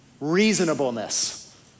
reasonableness